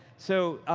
so.